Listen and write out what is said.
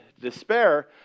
despair